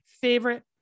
favorite